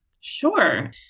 Sure